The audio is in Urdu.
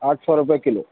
آٹھ سو روپیہ کلو